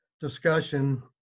discussion